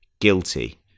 guilty